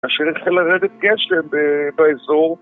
כאשר יתחיל לרדת גשם ב... באזור